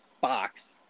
box